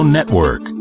Network